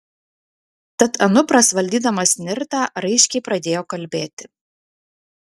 tad anupras valdydamas nirtą raiškiai pradėjo kalbėti